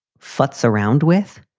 futz around with,